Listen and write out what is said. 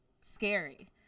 scary